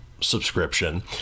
subscription